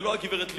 ולא הגברת לבני.